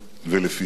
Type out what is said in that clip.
ולפיהם.